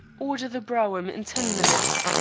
order the brougham in ten minutes.